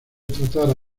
tratar